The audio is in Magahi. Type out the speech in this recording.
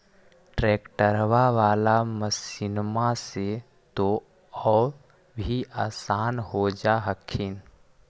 ट्रैक्टरबा बाला मसिन्मा से तो औ भी आसन हो जा हखिन?